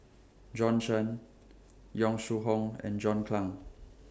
Bjorn Shen Yong Shu Hoong and John Clang